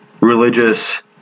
religious